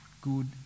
good